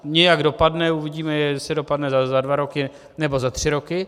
Nějak dopadne, uvidíme, jestli dopadne za dva roky, nebo za tři roky.